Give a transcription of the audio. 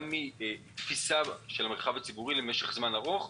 גם אם היא תפיסה של המרחב הציבורי למשך זמן ארוך.